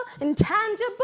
intangible